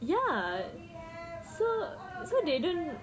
ya so so they don't